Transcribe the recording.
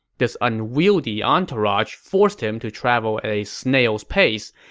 this unwieldy entourage forced him to travel at a snail's pace,